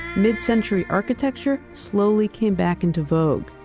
mid-century architecture slowly came back into vogue.